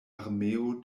armeo